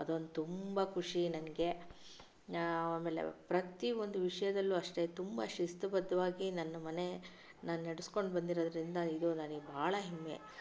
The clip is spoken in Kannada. ಅದೊಂದು ತುಂಬ ಖುಷಿ ನನಗೆ ಆಮೇಲೆ ಪ್ರತಿ ಒಂದು ವಿಷಯದಲ್ಲೂ ಅಷ್ಟೆ ತುಂಬಾ ಶಿಸ್ತುಬದ್ಧವಾಗಿ ನನ್ನ ಮನೆ ನಾನು ನಡ್ಸ್ಕೊಂಡು ಬಂದಿರೋದ್ರಿಂದ ಇದು ನನಗೆ ಬಹಳ ಹೆಮ್ಮೆ